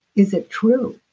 is it true